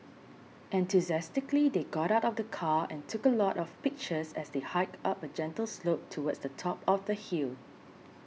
enthusiastically they got out of the car and took a lot of pictures as they hiked up a gentle slope towards the top of the hill